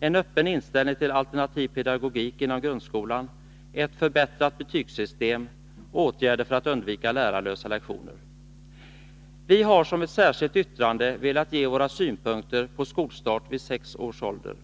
en öppen inställning till alternativ pedagogik inom grundskolan, Vi har från folkpartiets sida som ett särskilt yttrande velat ge våra synpunkter på skolstart vid sex års ålder.